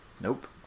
Nope